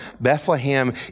Bethlehem